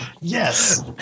Yes